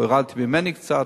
הורדתי ממני קצת,